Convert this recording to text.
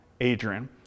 Adrian